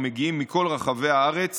המגיעים מכל רחבי הארץ